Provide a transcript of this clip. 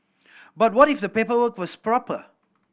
but what if the paperwork was proper